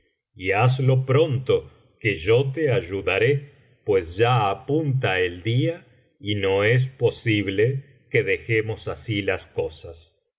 y hazlo pronto que yo te ayudaré pues ya apunta el día y no es posible que dejemos así las cosas